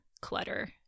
clutter